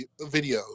videos